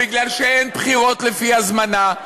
בגלל שאין בחירות לפי הזמנה,